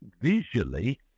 visually